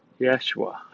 Yeshua